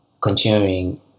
continuing